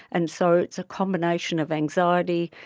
and so it's a combination of anxiety,